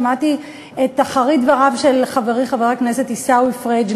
שמעתי את אחרית דבריו של חברי חבר הכנסת עיסאווי פריג'.